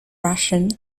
russian